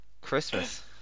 Christmas